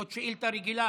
זאת שאילתה רגילה,